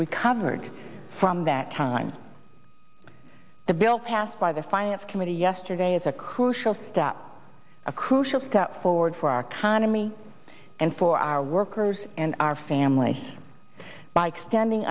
recovered from that time the bill passed by the finance committee yesterday is a crucial step a crucial step forward for our economy and for our workers and our family by extending